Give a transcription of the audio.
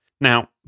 Now